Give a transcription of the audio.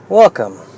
Welcome